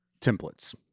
Templates